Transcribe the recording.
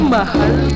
Mahal